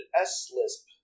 S-lisp